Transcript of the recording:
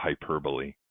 hyperbole